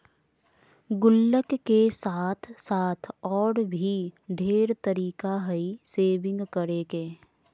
गुल्लक के साथ साथ और भी ढेर तरीका हइ सेविंग्स करे के